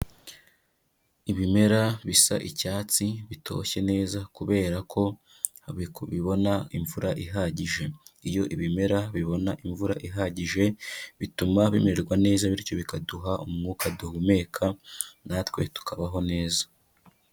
Ibimera bisa icyatsi bitoshye neza kubera ko bibona imvura ihagije, iyo ibimera bibona imvura ihagije bituma bimererwa neza bityo bikaduha umwuka duhumeka natwe tukabaho neza.